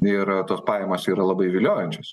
ir tos pajamos yra labai viliojančios